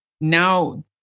now